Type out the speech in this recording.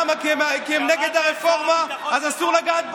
למה, כי הם נגד הרפורמה אז אסור לגעת בהם?